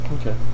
Okay